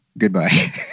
Goodbye